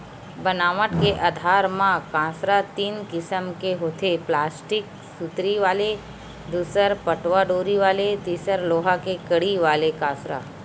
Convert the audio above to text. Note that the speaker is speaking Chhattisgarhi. बनावट के आधार म कांसरा तीन किसम के होथे प्लास्टिक सुतरी वाले दूसर पटवा डोरी वाले तिसर लोहा के कड़ी वाले कांसरा